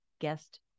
guest